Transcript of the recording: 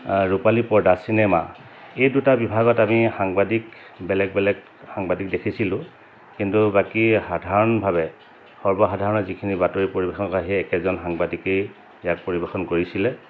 ৰূপালী পৰ্দা চিনেমা এই দুটা বিভাগত আমি সাংবাদিক বেলেগ বেলেগ সাংবাদিক দেখিছিলোঁ কিন্তু বাকী সাধাৰণভাৱে সৰ্বসাধাৰণে যিখিনি বাতৰি পৰিৱেশন কৰে সেই একেজন সাংবাদিকেই ইয়াক পৰিৱেশন কৰিছিলে